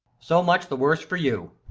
so much the worse for you.